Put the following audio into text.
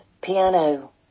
piano